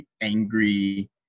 angry